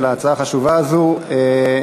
על ההצעה החשובה הזאת.